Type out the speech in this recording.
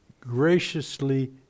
graciously